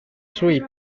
sweet